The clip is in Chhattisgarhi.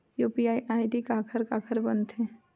यू.पी.आई आई.डी काखर काखर बनथे?